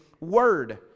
word